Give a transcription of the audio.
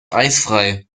eisfrei